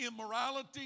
immorality